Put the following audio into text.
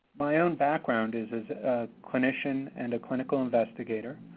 my own background is as a clinician and a clinical investigator.